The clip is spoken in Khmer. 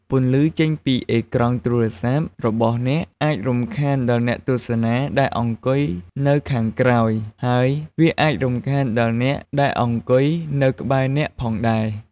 ពន្លឺចេញពីអេក្រង់ទូរស័ព្ទរបស់អ្នក អាច រំខានដល់អ្នកទស្សនាដែលអង្គុយនៅខាងក្រោយ ហើយវាអាចរំខានដល់អ្នកដែលអង្គុយនៅក្បែរអ្នកផងដែរ។